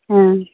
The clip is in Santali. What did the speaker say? ᱦᱮᱸ